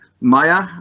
Maya